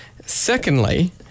Secondly